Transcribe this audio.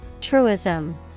Truism